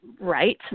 right